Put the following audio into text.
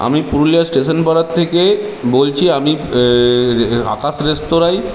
আমি পুরুলিয়া স্টেশন পাড়ার থেকে বলছি আমি আকাশ রেস্তোরাঁয়